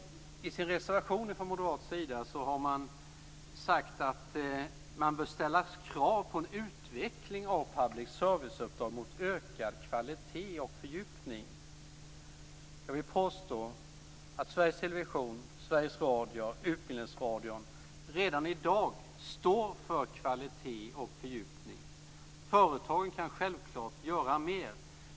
I en reservation från moderat sida hävdar man att det bör ställas krav på en utveckling av public service-uppdrag mot ökad kvalitet och fördjupning. Jag vill påstå att Sveriges Television, Sveriges Radio och Utbildningsradion redan i dag står för kvalitet och fördjupning. Företagen kan självklart göra mer.